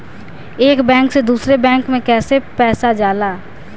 एक बैंक से दूसरे बैंक में कैसे पैसा जाला?